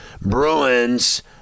Bruins